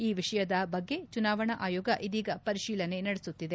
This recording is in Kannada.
ಈ ವಿಷಯದ ಬಗ್ಗೆ ಚುನಾವಣಾ ಆಯೋಗ ಇದೀಗ ಪರಿಶೀಲನೆ ನಡೆಸುತ್ತಿದೆ